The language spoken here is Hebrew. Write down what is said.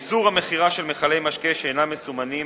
ואיסור המכירה של מכלי משקה שאינם מסומנים